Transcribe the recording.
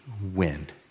wind